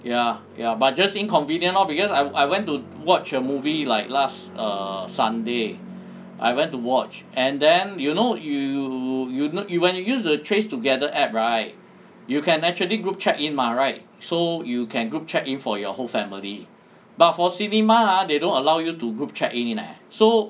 ya ya but just inconvenient lor because I I went to watch a movie like last err sunday I went to watch and then you know you you when you use the trace together app right you can actually group check in mah right so you can group check in for your whole family but for cinema ah they don't allow you to group check in leh so